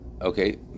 Okay